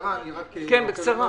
בקצרה אני רק רוצה לומר,